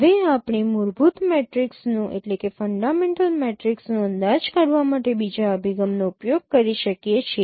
હવે આપણે મૂળભૂત મેટ્રિક્સનો અંદાજ કાઢવા માટે બીજા અભિગમનો ઉપયોગ કરી શકીએ છીએ